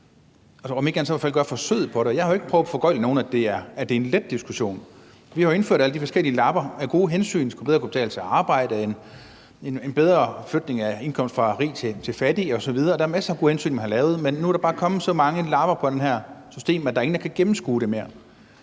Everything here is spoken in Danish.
Jeg har jo ikke prøvet at foregøgle nogen, at det er en let diskussion. Vi har jo indført alle de forskellige lapper af gode hensyn: Det skulle bedre kunne betale sig at arbejde, en bedre flytning af indkomst fra rig til fattig osv. Der er masser af gode hensyn, man har taget, men nu er der bare kommet så mange lapper på det her system, at der ikke er nogen, der kan gennemskue det mere.